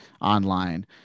online